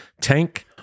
Tank